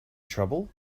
trouble